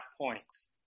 points